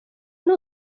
نوع